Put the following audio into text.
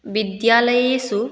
विद्यालयेषु